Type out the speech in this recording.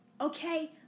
Okay